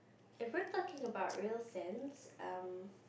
if we're talking about real cents um